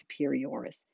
superioris